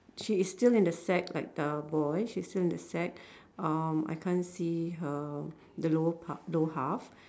she is still in the sack like the boy she's still in the sack um I can't see her the lower part lower half